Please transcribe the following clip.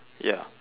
ya